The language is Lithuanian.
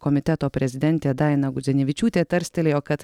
komiteto prezidentė daina gudzinevičiūtė tarstelėjo kad